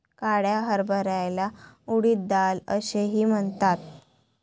काळ्या हरभऱ्याला उडीद डाळ असेही म्हणतात